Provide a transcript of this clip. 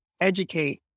educate